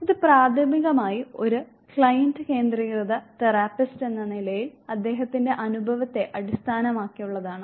ഇത് പ്രാഥമികമായി ഒരു ക്ലയന്റ് കേന്ദ്രീകൃത തെറാപ്പിസ്റ്റെന്ന നിലയിൽ അദ്ദേഹത്തിന്റെ അനുഭവത്തെ അടിസ്ഥാനമാക്കിയുള്ളതാണ്